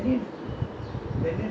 now no more right down there